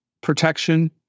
protection